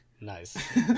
Nice